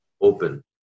open